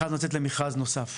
החלטנו לצאת למכרז נוסף.